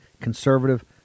conservative